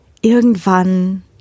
irgendwann